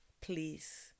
please